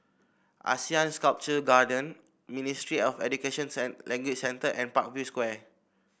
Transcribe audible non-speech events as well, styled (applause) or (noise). Asean Sculpture Garden Ministry of Education (unintelligible) Language Centre and Parkview Square